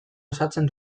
osatzen